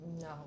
No